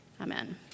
amen